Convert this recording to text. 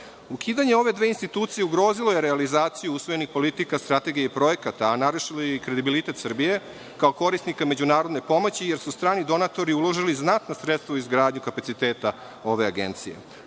Ukidanje ove dve institucije ugrozilo je realizaciju usvojenih politika strategije projekata, a narušilo je i kredibilitet Srbije, kao korisnika međunarodne pomoći, jer su strani donatori uložili znatna sredstva u izgradnju kapaciteta ove Agencije.